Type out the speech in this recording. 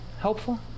helpful